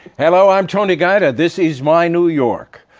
hello. i'm tony guida. this is my new york.